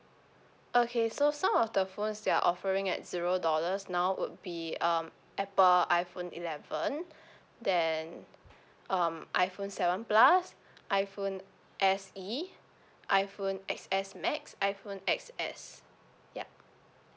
okay so some of the phones they are offering at zero dollars now would be um apple iphone eleven then um iphone seven plus iphone S E iphone X_S max iphone X_S ya